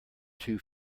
two